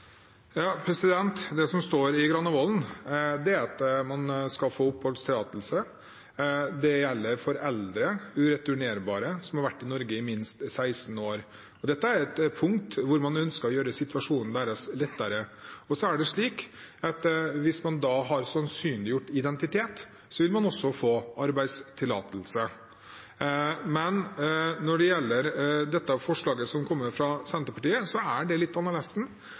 som står i Granavolden-plattformen, er at man skal få oppholdstillatelse. Det gjelder for eldre ureturnerbare som har vært i Norge i minst 16 år. Dette er et punkt hvor man ønsket å gjøre situasjonen deres lettere. Så er det slik at hvis man har sannsynliggjort identitet, vil man også få arbeidstillatelse. Men når det gjelder det forslaget som kommer fra Senterpartiet, er det litt